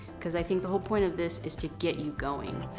cause i think the whole point of this is to get you going.